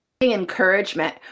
Encouragement